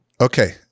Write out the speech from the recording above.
Okay